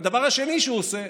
והדבר השני שהוא עושה: